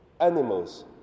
animals